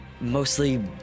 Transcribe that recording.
Mostly